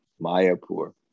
Mayapur